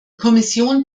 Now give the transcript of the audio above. kommission